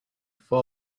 for